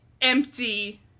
empty